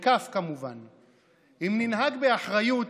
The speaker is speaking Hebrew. אם ננהג באחריות,